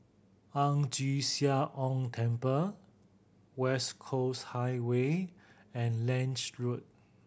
Ang Chee Sia Ong Temple West Coast Highway and Lange Road